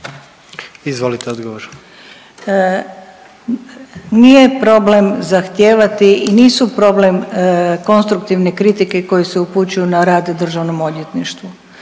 Zlata** Nije problem zahtijevati i nisu problem konstruktivne kritike koje se upućuju na rad državnom odvjetništvu.